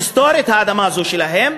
היסטורית, האדמה הזו שלהם,